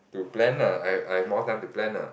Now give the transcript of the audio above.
to plan ah I I've more time to plan ah